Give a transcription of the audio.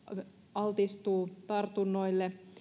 altistuu tartunnoille